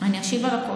אני אשיב על הכול.